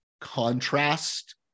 contrast